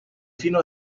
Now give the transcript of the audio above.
fino